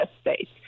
state